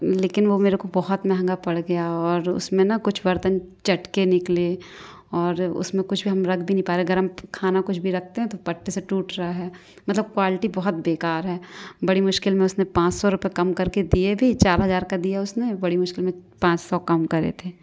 लेकिन वो मेरे को बहुत महंगा पड़ गया और उसमें ना कुछ बर्तन चटके निकले और उसमें कुछ भी हम रख भी नहीं पाए गर्म खाना कुछ भी रखते हैं तो पट से टूट रहा है मतलब क्वालिटी बहुत बेकार है बड़ी मुश्किल में उसने पाँच सौ रुपये काम कर के दिए भी चार हज़ार का दिया उसने बड़ी मुश्किल में पाँच सौ कम करे थे